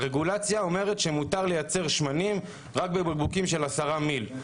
הרגולציה אומרת שמותר לייצר שמנים רק בבקבוקים של 10 מיליליטר.